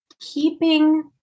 keeping